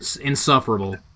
Insufferable